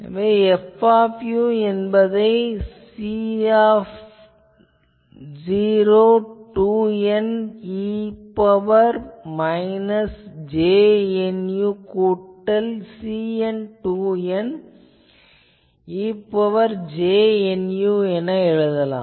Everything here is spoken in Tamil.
எனவே F என்பதை C02N e ன் பவர் மைனஸ் j Nu கூட்டல் C2N2N e ன் பவர் j Nu என எழுதலாம்